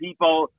People